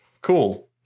Cool